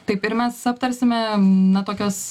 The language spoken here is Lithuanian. taip ir mes aptarsime na tokias